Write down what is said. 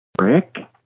Rick